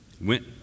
went